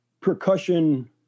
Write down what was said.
percussion